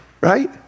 right